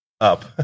up